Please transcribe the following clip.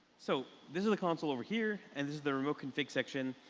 so this is the console over here and there's the remote config section.